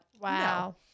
Wow